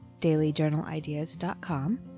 dailyjournalideas.com